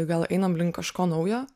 gal einam link kažko naujo